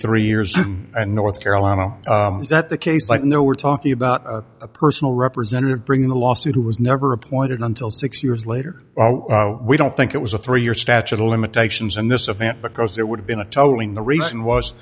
three years and north carolina is that the case like no we're talking about a personal representative bringing a lawsuit who was never appointed until six years later we don't think it was a three year statute of limitations in this event because it would have been a